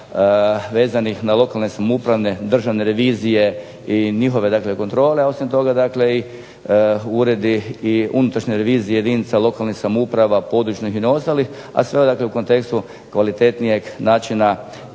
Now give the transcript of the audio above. vezanih na lokalne samoupravne državne revizije i njihove dakle kontrole, a osim toga dakle i uredi i unutrašnje revizije jedinica lokalnih samouprava, područnih i ostalih, a sve dakle u kontekstu kvalitetnijeg načina